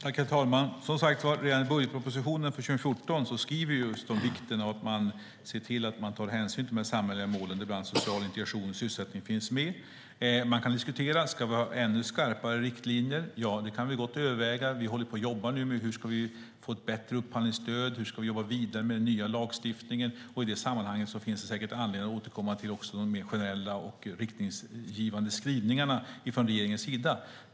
Herr talman! Som sagt skriver vi redan i budgetpropositionen för 2014 just om vikten av att ta hänsyn till de samhälleliga målen, där bland annat social integration och sysselsättning finns med. Man kan diskutera om vi ska ha ännu skarpare riktlinjer. Ja, det kan vi gott överväga. Vi håller nu på att jobba med hur vi ska få ett bättre upphandlingsstöd och hur vi ska jobba vidare med den nya lagstiftningen. I det sammanhanget finns det säkert anledning att återkomma också till de mer generella och riktningsgivande skrivningarna från regeringens sida.